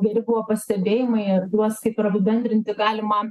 geri buvo pastebėjimai ir juos kaip ir apibendrinti galima